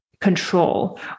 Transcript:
control